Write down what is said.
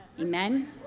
Amen